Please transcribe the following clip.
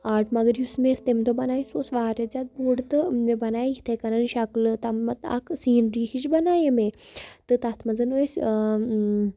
art مگر یُس مےٚ تمہِ دۄہ بَنایے سُہ اوس واریاہ زیادٕ بوٚڑ تہٕ مےٚ بَنایے یِتھَے کٔنۍ شَکلہٕ تامَتھ اَکھ سیٖنری ہِش بَنایے مےٚ تہٕ تَتھ منٛز ٲسۍ